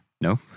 No